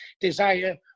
desire